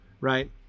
Right